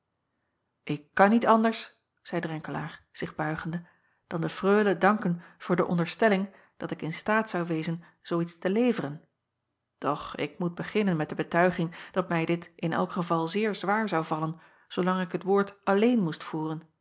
k kan niet anders zeî renkelaer zich buigende dan de reule danken voor de onderstelling dat ik in staat zou wezen zoo iets te leveren doch ik moet beginnen met de betuiging dat mij dit in elk geval zeer zwaar zou vallen zoolang ik het woord alleen moest voeren